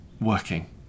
working